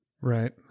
Right